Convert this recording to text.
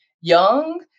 young